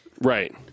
Right